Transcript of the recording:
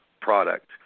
product